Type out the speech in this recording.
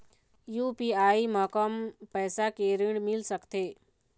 UPI म कम पैसा के ऋण मिल सकथे?